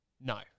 No